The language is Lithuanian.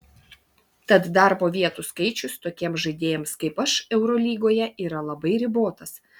tad darbo vietų skaičius tokiems žaidėjams kaip aš eurolygoje yra labai ribotas